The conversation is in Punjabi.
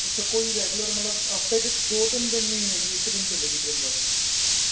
ਅੱਛਾ ਕੋਈ ਰੈਗੂਲਰ ਮਤਲਬ ਹਫ਼ਤੇ 'ਚ ਦੋ ਤਿੰਨ ਦਿਨ ਵੀ ਹੈਗੀ ਇੱਕ ਦਿਨ ਚੱਲੇਗੀ ਟਰੇਨ ਬਸ